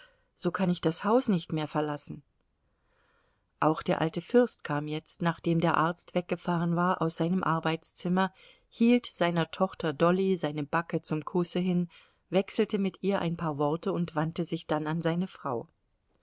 so kann ich das haus nicht mehr verlassen auch der alte fürst kam jetzt nachdem der arzt weggefahren war aus seinem arbeitszimmer hielt seiner tochter dolly seine backe zum kusse hin wechselte mit ihr ein paar worte und wandte sich dann an seine frau